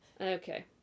Okay